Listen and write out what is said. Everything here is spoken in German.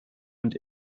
und